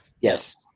Yes